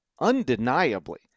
undeniably